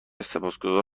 سپاسگذار